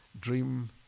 dream